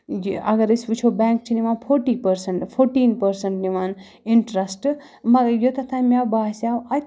یہِ اگر أسۍ وٕچھو بٮ۪نٛک چھِ نِوان فوٹی پٔرسَنٛٹ فوٹیٖن پٔرسَنٛٹ نِوان اِنٹرٛسٹ مگر یوٚتَتھ تام مےٚ باسیٛاو اَتہِ